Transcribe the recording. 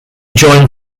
joined